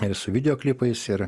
ir su videoklipais ir